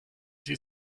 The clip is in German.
sie